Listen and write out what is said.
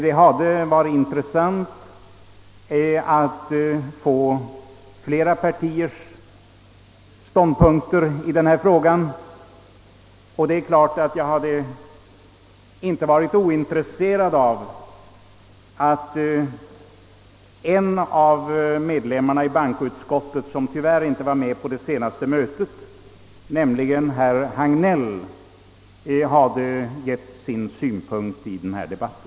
Det hade varit intressant att få taga del av flera partiers ståndpunkter i denna fråga, och jag hade inte varit ointresserad av att en av medlemmarna i bankoutskottet, som tyvärr inte var med på det senaste sammanträdet, nämligen herr Hagnell, hade framfört sin synpunkt i den här debatten.